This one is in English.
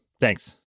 Thanks